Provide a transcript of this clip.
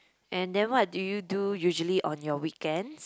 and then what do you do usually on your weekends